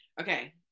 Okay